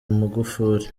magufuli